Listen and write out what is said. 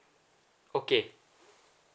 okay